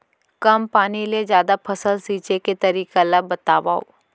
कम पानी ले जादा फसल सींचे के तरीका ला बतावव?